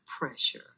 pressure